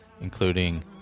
including